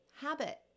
habit